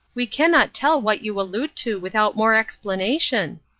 we cannot tell what you allude to without more explanation.